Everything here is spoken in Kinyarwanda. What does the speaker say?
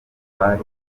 bari